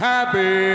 Happy